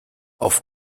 auf